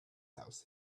house